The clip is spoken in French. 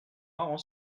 marrant